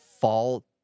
Fall